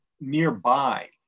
nearby